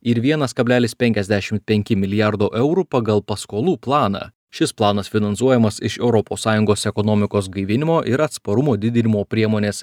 ir vienas kablelis penkiasdešim penki milijardo eurų pagal paskolų planą šis planas finansuojamas iš europos sąjungos ekonomikos gaivinimo ir atsparumo didinimo priemonės